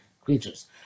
creatures